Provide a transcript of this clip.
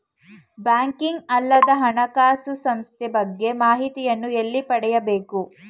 Banking ಅಲ್ಲದ ಹಣಕಾಸು ಸಂಸ್ಥೆಗಳ ಬಗ್ಗೆ ಮಾಹಿತಿಯನ್ನು ಎಲ್ಲಿ ಪಡೆಯಬೇಕು?